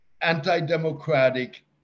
anti-democratic